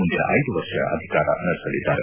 ಮುಂದಿನ ಐದು ವರ್ಷ ಅಧಿಕಾರ ನಡೆಸಲಿದ್ದಾರೆ